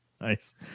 Nice